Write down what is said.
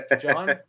John